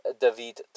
David